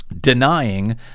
denying